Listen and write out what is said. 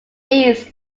east